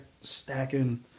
stacking